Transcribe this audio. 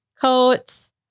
coats